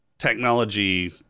Technology